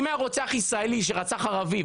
אם היה רוצח ישראלי שרצח ערבי,